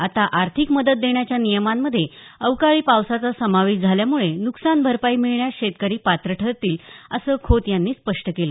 आता आर्थिक मदत देण्याच्या नियमांमध्ये अवकाळी पावसाचा समावेश झाल्यामुळे नुकसानभरपाई मिळण्यास शेतकरी पात्र ठरतील असं खोत यांनी स्पष्ट केलं